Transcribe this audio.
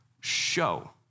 show